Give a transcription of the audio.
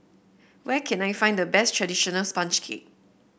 where can I find the best traditional sponge cake